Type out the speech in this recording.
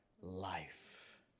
life